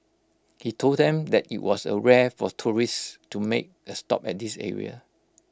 he told them that IT was A rare for tourists to make A stop at this area